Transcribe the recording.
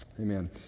amen